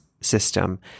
system